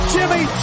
Jimmy